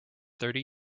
thirty